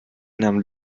nahm